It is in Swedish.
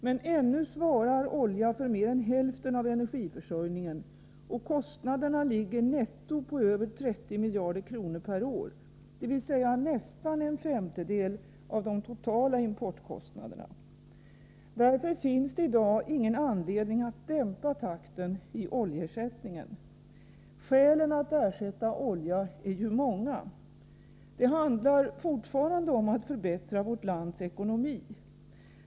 Men ännu svarar olja för mer än hälften av energiförsörjningen, och kostnaderna ligger netto på över 30 miljarder kronor per år, dvs. nästan en femtedel av de totala importkostnaderna. Därför finns det i dag ingen anledning att dämpa takten i oljeersättningen. Skälen till att ersätta olja är många. Det handlar fortfarande om att förbättra vårt lands ekonomi.